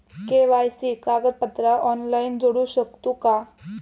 KYC कागदपत्रा online जोडू शकतू का?